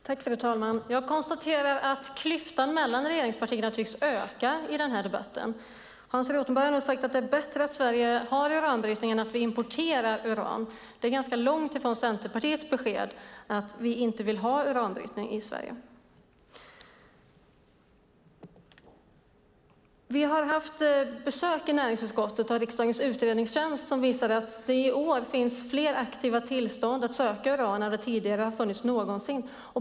Fru talman! Jag konstaterar att klyftan mellan regeringspartierna tycks öka i debatten. Hans Rothenberg har sagt att det är bättre att Sverige har uranbrytning än att vi importerar uran. Det är ganska långt från Centerpartiets besked att de inte vill ha uranbrytning i Sverige. Vi har haft besök i näringsutskottet av riksdagens utredningstjänst, som visat att det i år finns fler aktiva tillstånd att söka uran än det tidigare funnits någonsin.